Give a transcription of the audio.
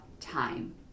time